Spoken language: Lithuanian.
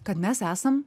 kad mes esam